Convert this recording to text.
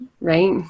right